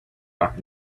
back